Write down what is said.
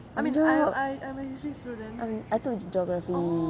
oh my god I mean I took geography